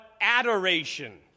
adoration